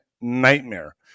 nightmare